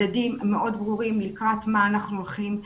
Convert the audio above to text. מדדים מאוד ברורים לקראת מה אנחנו הולכים,